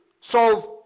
solve